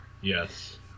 Yes